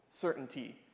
certainty